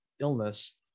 illness